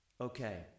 okay